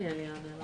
דניאל יענה לך.